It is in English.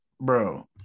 bro